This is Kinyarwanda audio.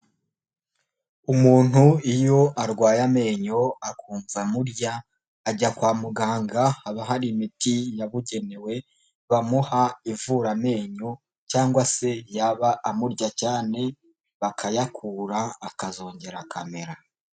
Umuntu iyo arwaye amenyo akumva murya ajya kwa muganga haba hari imiti yabugenewe bamuha ivuramenyo, cyangwa se yaba amurya cyane bakayakura akazongera akamera.